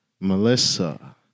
Melissa